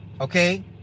Okay